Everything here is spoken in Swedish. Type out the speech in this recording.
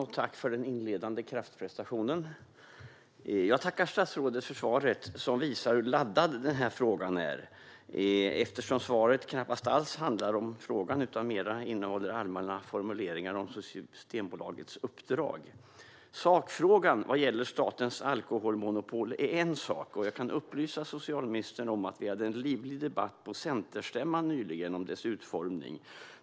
Herr talman! Jag tackar statsrådet för svaret, som visar hur laddad den här frågan är. Svaret handlar knappast alls om frågan utan innehåller mer allmänna formuleringar om Systembolagets uppdrag. Sakfrågan vad gäller statens alkoholmonopol är en sak. Jag kan upplysa socialministern om att vi hade en livlig debatt nyligen på centerstämman om dess utformning.